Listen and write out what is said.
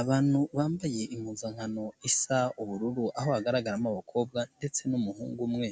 Abantu bambaye impuzankano isa ubururu, aho hagaragaramo abakobwa ndetse n'umuhungu umwe,